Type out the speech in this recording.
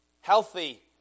healthy